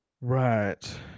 right